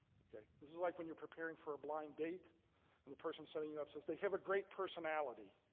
ok. this is like when you're preparing for a blind date and the person setting you up says, they have a great personality.